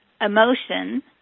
emotion